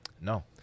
No